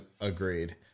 agreed